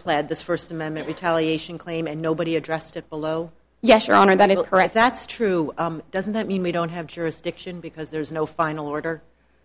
pled this first amendment retaliation claim and nobody addressed it below yes your honor that is correct that's true doesn't mean we don't have jurisdiction because there's no final order